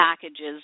packages